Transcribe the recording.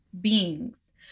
beings